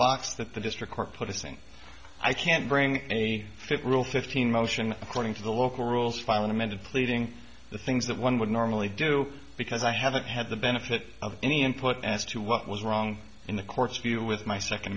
box that the district court put acing i can't bring any fifth rule fifteen motion according to the local rules file an amended pleading the things that one would normally do because i haven't had the benefit of any input as to what was wrong in the court's view with my second